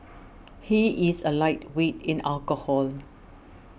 he is a lightweight in alcohol